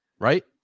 Right